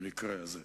במקרה הזה.